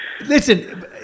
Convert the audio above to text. listen